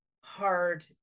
hard